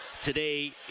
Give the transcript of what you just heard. today